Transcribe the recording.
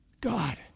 God